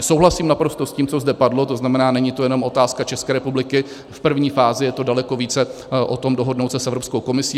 Souhlasím naprosto s tím, co zde padlo, to znamená, není to otázka jenom České republiky, v první fázi je to daleko více o tom dohodnout se s Evropskou komisí.